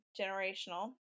generational